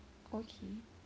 okay